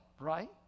right